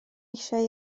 eisiau